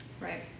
Right